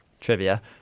trivia